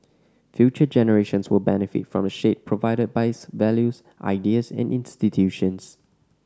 future generations will benefit from the shade provided by his values ideas and institutions